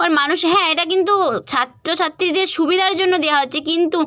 on মানুষ হ্যাঁ এটা কিন্তু ছাত্র ছাত্রীদের সুবিধার জন্য দেওয়া হচ্ছে কিন্তু